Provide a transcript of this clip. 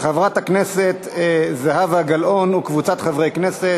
של חברת הכנסת זהבה גלאון וקבוצת חברות הכנסת.